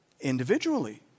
individually